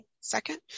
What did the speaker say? Second